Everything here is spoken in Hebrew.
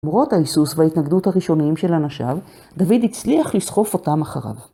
למרות ההיסוס וההתנגדות הראשוניים של אנשיו, דוד הצליח לסחוף אותם אחריו.